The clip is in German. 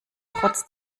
trotz